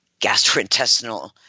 gastrointestinal